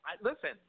listen